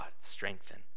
strengthen